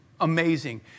Amazing